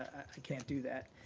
i can't do that.